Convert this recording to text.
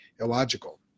illogical